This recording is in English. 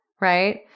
right